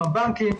הבנקים,